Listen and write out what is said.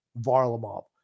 Varlamov